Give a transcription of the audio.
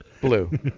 blue